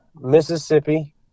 Mississippi